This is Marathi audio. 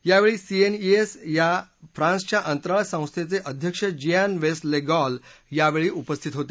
यावेळी सीएनईएस या फ्रान्सच्या अंतराळ संस्थेचे अध्यक्ष जियान वेस ले गॉल यावेळी उपस्थित होते